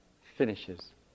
finishes